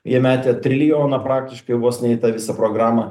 jie metė trilijoną praktiškai vos ne į tą visą programą